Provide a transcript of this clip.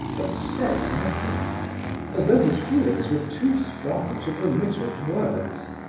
but said nothing as though his feelings were too strong to permit of words.